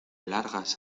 largas